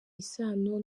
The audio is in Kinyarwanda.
isano